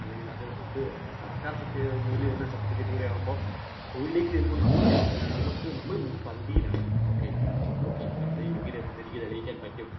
അല്ലെങ്കിൽ അത് അത് സർക്കാർ സത്യ മൂല്യമുള്ളൊരു സർട്ടിഫിക്കറ്റ് കൂടിയാവുമ്പോള് തൊഴിലിലേക്ക് കയറുമ്പോള് നമുക്ക് നമ്മള്ക്ക് നമ്മള് മുൻപന്തിയിലാണ് ഓക്കെ ഓ ഓക്കെ എൻ്റെ യോഗ്യത എന്തെന്ന് എനിക്ക് തെളിയിക്കാൻ പറ്റും